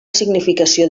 significació